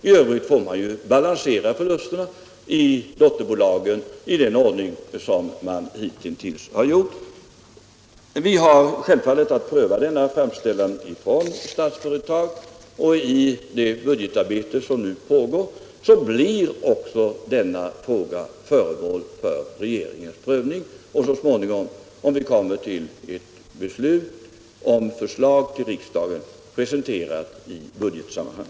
I övrigt får förlusterna i dotterbolagen balanseras på det sätt som hittills har skett. Vi har självfallet att pröva denna framställan från Statsföretag. Denna fråga blir också föremål för regeringens prövning i det budgetarbete som nu pågår och så småningom — om vi beslutar att lägga fram ett förslag för riksdagen — presenterad i budgetsammanhang.